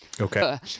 Okay